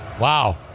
wow